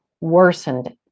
worsened